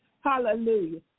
hallelujah